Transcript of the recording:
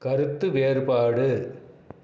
கருத்து வேறுபாடு